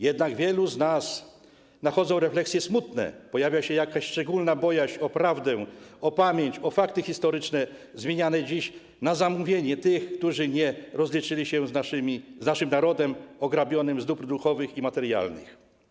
Jednak wielu z nas nachodzą smutne refleksje, pojawia się jakaś szczególna bojaźń o prawdę, o pamięć, o fakty historyczne zmieniane dziś na zamówienie tych, którzy nie rozliczyli się z naszym narodem ograbionym z dóbr duchowych i materialnych.